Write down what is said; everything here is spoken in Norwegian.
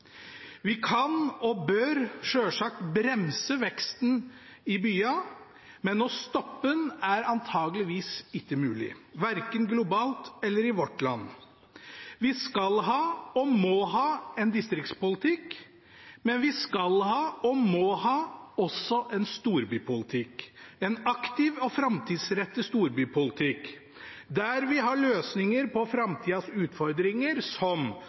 Vi kan og bør selvsagt bremse veksten i byene, men å stoppe den er antakeligvis ikke mulig, verken globalt eller i vårt land. Vi skal ha og må ha en distriktspolitikk, men vi skal ha og må ha også en storbypolitikk – en aktiv og framtidsrettet storbypolitikk, der vi har løsninger på framtidas utfordringer som: